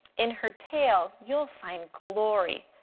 in her tale you'll find glory.